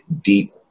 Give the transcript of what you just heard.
deep